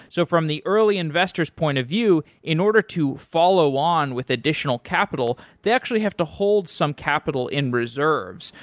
so from the early investor s point of view, in order to follow on with additional capital, they actually have to hold some capital in reserves,